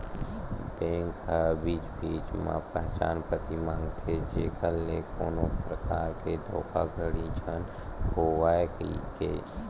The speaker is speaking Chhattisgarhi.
बेंक ह बीच बीच म पहचान पती मांगथे जेखर ले कोनो परकार के धोखाघड़ी झन होवय कहिके